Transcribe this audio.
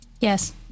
Yes